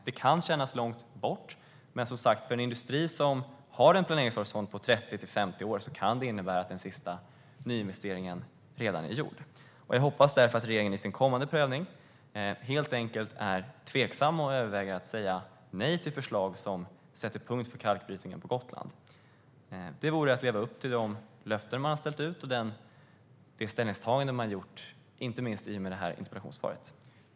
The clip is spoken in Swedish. Det kan kännas långt bort, men för en industri som har en planeringshorisont på 30-50 år kan det innebära att den sista nyinvesteringen redan är gjord. Jag hoppas därför att regeringen i sin kommande prövning är tveksam och överväger att säga nej till förslag som sätter punkt för kalkbrytningen på Gotland. Det vore att leva upp till de löften som man har ställt ut och det ställningstagande som man har gjort inte minst i och med det här interpellationssvaret.